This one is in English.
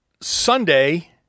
Sunday